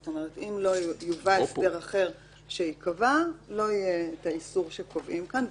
זאת אומרת אם לא יובא הסדר אחר שייקבע לא יהיה האיסור שקובעים כאן.